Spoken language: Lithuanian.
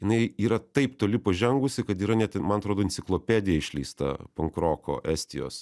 jinai yra taip toli pažengusi kad yra net man atrodo enciklopedija išleista pankroko estijos